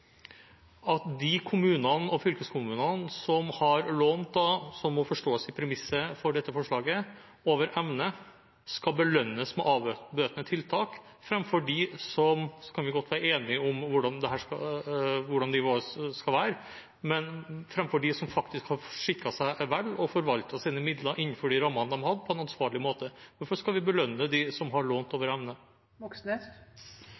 at de kommunene og fylkeskommunene som har lånt over evne – som må forstås som premisset for dette forslaget – skal belønnes med avbøtende tiltak framfor dem som faktisk har skikket seg vel og forvaltet sine midler innenfor de rammene de har, på en ansvarlig måte? Hvorfor skal vi belønne dem som har